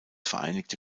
vereinigte